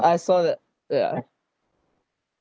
I saw that yeah